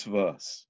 verse